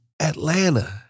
Atlanta